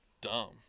dumb